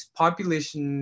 population